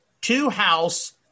Two-house